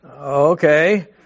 Okay